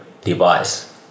device